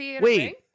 Wait